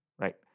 Right